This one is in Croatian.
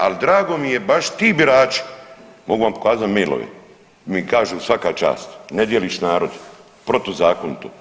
Al drago mi je baš ti birači, mogu vam pokazat mailove mi kažu svaka čast, ne dijeliš narodu protuzakonito.